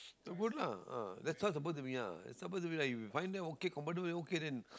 that's good lah ah that's suppose to be ah it's suppose to be like you going there okay comfortable okay then